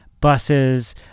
buses